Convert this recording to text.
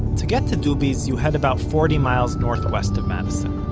to get to dubi's you head about forty miles northwest of madison.